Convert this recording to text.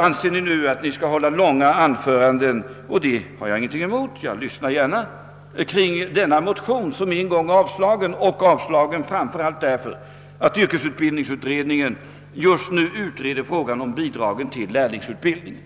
anser ni nu att ni skall hålla långa anföranden — och det har jag ingenting emot; jag lyssnar gärna — kring denna motion som en gång avslagits framför allt därför att yrkesutbildningsberedningen just nu utreder frågan om bidragen till lärlingsutbildningen.